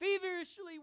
feverishly